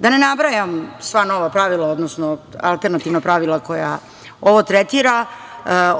ne nabrajam sva nova pravila, odnosno alternativna pravila koja ovo tretira,